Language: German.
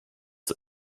der